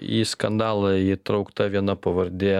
į skandalą įtraukta viena pavardė